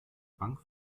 bank